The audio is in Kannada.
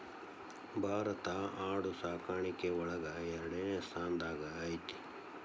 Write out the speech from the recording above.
ಭಾರತಾ ಆಡು ಸಾಕಾಣಿಕೆ ಒಳಗ ಎರಡನೆ ಸ್ತಾನದಾಗ ಐತಿ